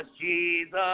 Jesus